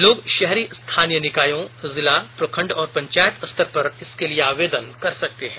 लोग शहरी स्थानीय निकायों जिला प्रखंड और पंचायत स्तर पर आवेदन कर सकते हैं